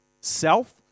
self